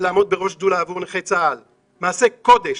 לעמוד בראש שדולה עבור נכי צה"ל, זה מעשה קודש.